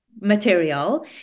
material